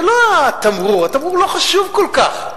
זה לא התמרור, התמרור לא חשוב כל כך.